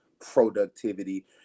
productivity